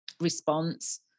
response